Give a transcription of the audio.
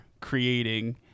creating